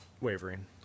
wavering